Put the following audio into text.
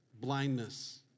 blindness